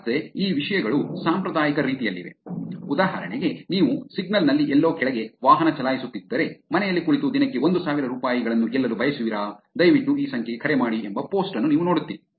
ಮತ್ತೆ ಈ ವಿಷಯಗಳು ಸಾಂಪ್ರದಾಯಿಕ ರೀತಿಯಲ್ಲಿವೆ ಉದಾಹರಣೆಗೆ ನೀವು ಸಿಗ್ನಲ್ ನಲ್ಲಿ ಎಲ್ಲೋ ಕೆಳಗೆ ವಾಹನ ಚಲಾಯಿಸುತ್ತಿದ್ದರೆ ಮನೆಯಲ್ಲಿ ಕುಳಿತು ದಿನಕ್ಕೆ ಒಂದು ಸಾವಿರ ರೂಪಾಯಿಗಳನ್ನು ಗೆಲ್ಲಲು ಬಯಸುವಿರಾ ದಯವಿಟ್ಟು ಈ ಸಂಖ್ಯೆಗೆ ಕರೆ ಮಾಡಿ ಎಂಬ ಪೋಸ್ಟ್ ಅನ್ನು ನೀವು ನೋಡುತ್ತೀರಿ